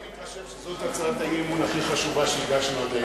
אני מתרשם שזאת הצעת האי-אמון הכי חשובה שהגשנו עד היום.